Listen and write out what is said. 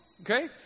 okay